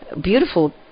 beautiful